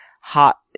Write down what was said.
hot